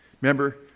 Remember